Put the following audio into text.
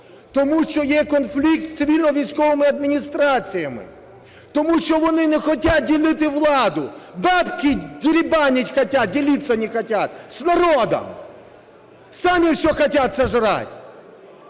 Тому що є конфлікт з цивільно-військовими адміністраціями. Тому що вони не хотять ділити владу, бабки дерибанить хотят, делиться не хотят с народом. Сами все хотят сожрать.